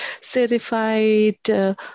certified